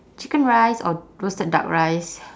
chicken rice or roasted duck rice